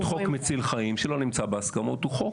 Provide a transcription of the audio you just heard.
עוד חוק מציל חיים שלא נמצא בהסכמות הוא חוק